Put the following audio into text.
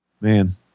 man